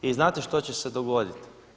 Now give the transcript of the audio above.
I znate šta će se dogoditi?